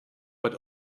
but